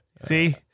See